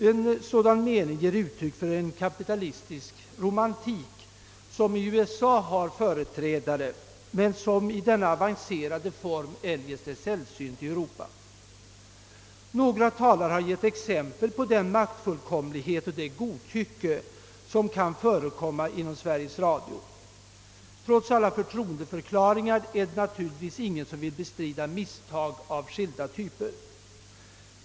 En sådan uppfattning ger uttryck för en kapitalistisk romantik, som i USA har företrädare men som i denna avancerade form är sällsynt i Europa. Några talare har givit exempel på den maktfullkomlighet och det godtycke som kan förekomma inom Sveri ges Radio. Trots alla förtroendeförklaringar är det naturligtvis ingen som vill bestrida att det förekommit misstag av skilda slag.